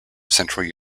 central